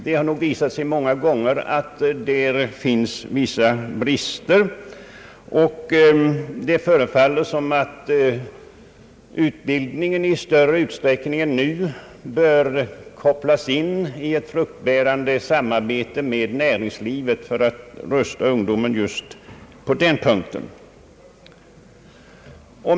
Det har många gånger visat sig att det finns vissa brister härvidlag, och det förefaller som om utbildningen i större utsträckning än nu bör kopplas in i ett fruktbärande samarbete med näringslivet för att rusta ungdomen just på denna punkt.